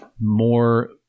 more